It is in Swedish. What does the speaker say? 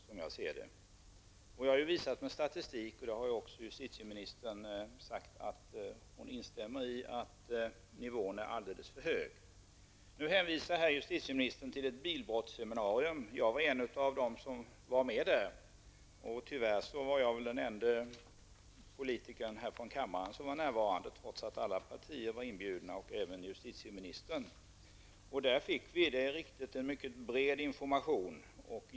Jag har visat med statistik att nivån är alldeles för hög, och det har ju också justitieministern sagt att hon instämmer i. Nu hänvisar justitieministern till ett bilbrottsseminarium. Jag var en av dem som var med där, och tyvärr var jag väl den ende politikern från kammaren som var närvarande, trots att alla partier var inbjudna liksom även justitieministern. Där fick vi, det är riktigt, en mycket bred information.